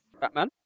Batman